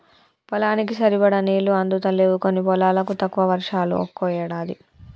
పొలానికి సరిపడా నీళ్లు అందుతలేవు కొన్ని పొలాలకు, తక్కువ వర్షాలు ఒక్కో ఏడాది